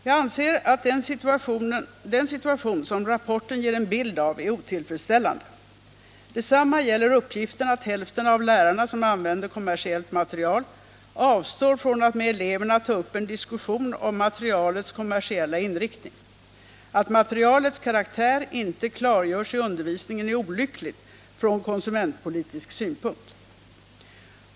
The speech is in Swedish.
Jag anser att den situation som rapporten ger en bild av är otillfredsställande. Detsamma gäller uppgiften att hälften av lärarna, som använder kommersiellt material, avstår från att med eleverna ta upp en diskussion om materialets kommersiella inriktning. Att materialets karaktär inte klargörs i undervisningen är olyckligt från konsumentpolitisk synpunkt.